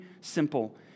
simple